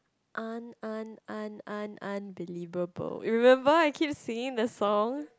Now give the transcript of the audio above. un~ un~ un~ un~ unbelievable remember I keep singing the song